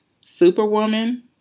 Superwoman